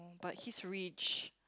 but he's rich